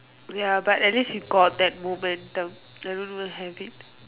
ya but at least you got that moment I don't even have it